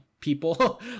people